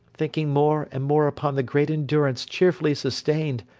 thinking more and more upon the great endurance cheerfully sustained,